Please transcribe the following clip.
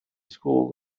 school